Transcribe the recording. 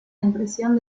impresión